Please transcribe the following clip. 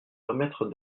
permettre